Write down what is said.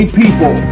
people